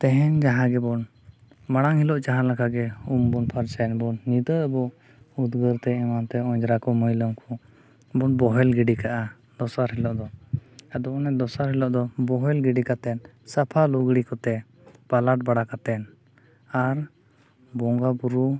ᱛᱮᱦᱮᱧ ᱡᱟᱦᱟᱸ ᱜᱮᱵᱚᱱ ᱢᱟᱲᱟᱝ ᱦᱤᱞᱳᱜ ᱡᱟᱦᱟᱸᱞᱮᱠᱟ ᱜᱮ ᱩᱢ ᱵᱚᱱ ᱯᱷᱟᱨᱪᱟᱭᱮᱱ ᱵᱚᱱ ᱧᱤᱫᱟᱹ ᱟᱵᱚ ᱩᱫᱽᱜᱟᱹᱨ ᱛᱮ ᱮᱢᱟᱱ ᱛᱮ ᱦᱚᱜᱼᱚᱸᱭ ᱡᱟᱦᱟᱸ ᱠᱚ ᱢᱟᱹᱭᱞᱟᱹ ᱠᱚ ᱵᱚᱱ ᱵᱚᱦᱮᱞ ᱜᱤᱰᱤ ᱠᱟᱜᱼᱟ ᱫᱚᱥᱟᱨ ᱦᱤᱞᱳᱜ ᱫᱚ ᱟᱫᱚ ᱚᱱᱮ ᱫᱚᱥᱟᱨ ᱦᱤᱞᱳᱜ ᱫᱚ ᱵᱚᱦᱮᱞ ᱜᱤᱰᱤ ᱠᱟᱛᱮᱫ ᱥᱟᱯᱷᱟ ᱞᱩᱜᱽᱲᱤ ᱠᱚᱛᱮ ᱯᱟᱞᱟᱴ ᱵᱟᱲᱟ ᱠᱟᱛᱮᱫ ᱟᱨ ᱵᱚᱸᱜᱟ ᱵᱳᱨᱳ